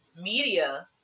media